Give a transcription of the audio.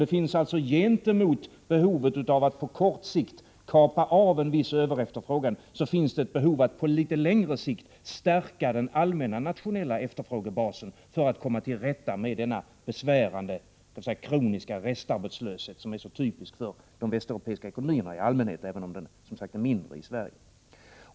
Trots behovet av att på kort sikt kapa av en viss överefterfrågan finns det alltså ett behov av att på litet längre sikt stärka den allmänna nationella efterfrågebasen för att komma till rätta med den besvärande kroniska restarbetslöshet som är så typisk för de västeuropeiska ekonomierna i allmänhet, även om den som sagt är mindre i Sverige.